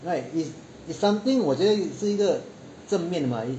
right is is something 我觉得是一个正面的 mah